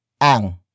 ang